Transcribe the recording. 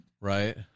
right